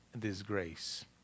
disgrace